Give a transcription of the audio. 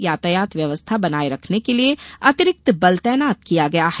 यातायात व्यवस्था बनाये रखने के लिए अतिरिक्त बल तैनात किया गया है